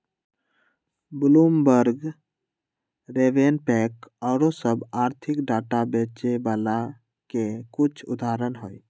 Bloomberg, RavenPack आउरो सभ आर्थिक डाटा बेचे बला के कुछ उदाहरण हइ